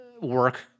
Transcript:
work